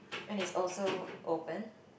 and it's also open